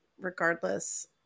regardless